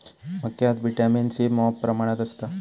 मक्यात vitamin C मॉप प्रमाणात असता